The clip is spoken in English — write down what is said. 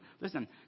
Listen